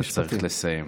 אתה צריך לסיים,